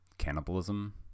Cannibalism